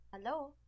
Hello